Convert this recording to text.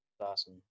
awesome